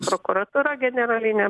prokuratūra generalinė